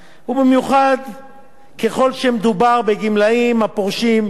ככל שמדובר בגמלאים הפורשים בגיל צעיר יחסית